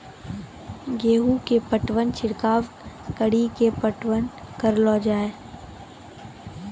गेहूँ के पटवन छिड़काव कड़ी के पटवन करलो जाय?